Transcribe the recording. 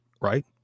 right